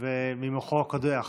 ממוחו הקודח,